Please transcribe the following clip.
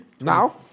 now